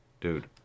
Dude